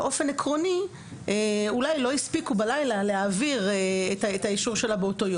באופן עקרוני אולי לא הספיקו בלילה להעביר את האישור שלה.